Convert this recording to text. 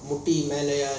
முட்டி மெல்லயா:mutti mellaya